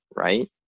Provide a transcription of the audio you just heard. right